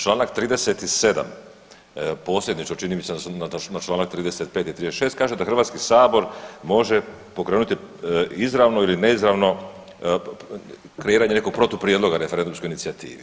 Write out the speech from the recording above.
Članak 37. posljednji, čini mi se da se na članak 35. i 36. kaže da Hrvatski sabor može pokrenuti izravno ili neizravno kreiranje nekog protuprijedloga referendumskoj inicijativi.